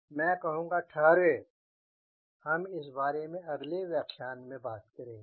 मैं कहूँगा ठहरे इस बारे में हम अगले व्याख्यान में बात करेंगे